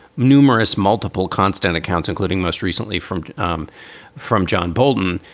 numerous, multiple constant accounts, including most recently from um from john bolton,